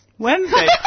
Wednesday